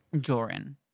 Joran